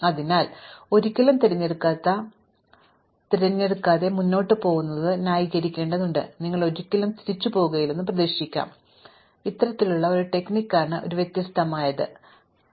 അതിനാൽ ഒരിക്കലും തിരഞ്ഞെടുക്കാത്ത ഈ തിരഞ്ഞെടുപ്പ് മുന്നോട്ട് പോകുന്നത് ഞങ്ങൾ ന്യായീകരിക്കേണ്ടതുണ്ട് നിങ്ങൾ ഒരിക്കലും തിരിച്ചുപോവുകയില്ലെന്നും പ്രതീക്ഷിക്കാം ഒരുപക്ഷേ ഇത്തരത്തിലുള്ള തന്ത്രം ശരിയാണെന്ന് ഞാൻ വ്യത്യസ്തമായ ഒന്ന് തിരഞ്ഞെടുക്കുമായിരുന്നു